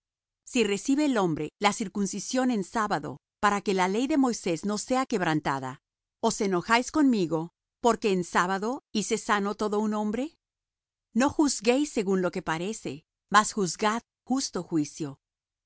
si recibe el hombre la circuncisión en sábado para que la ley de moisés no sea quebrantada os enojáis conmigo porque en sábado hice sano todo un hombre no juzguéis según lo que parece mas juzgad justo juicio